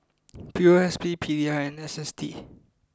P O S B P D I and S S T